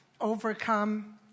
overcome